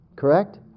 correct